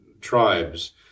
tribes